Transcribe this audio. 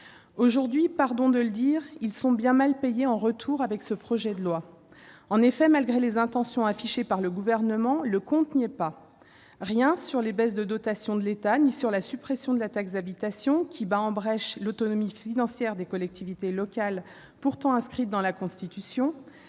Aujourd'hui, pardon de le dire, ils sont bien mal payés en retour avec ce projet de loi. En effet, malgré les intentions affichées par le Gouvernement, le compte n'y est pas : rien sur les baisses de dotations de l'État, ni sur la suppression de la taxe d'habitation, qui bat en brèche l'autonomie financière des collectivités territoriales, pourtant inscrite dans la Constitution